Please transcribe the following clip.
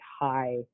high